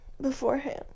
beforehand